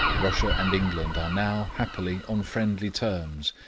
russia and england are now, happily, on friendly terms,